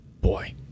Boy